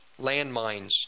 landmines